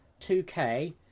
2k